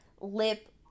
lip